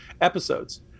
episodes